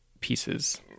pieces